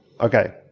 Okay